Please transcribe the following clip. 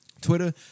Twitter